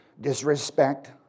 disrespect